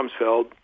Rumsfeld